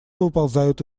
выползают